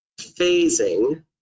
phasing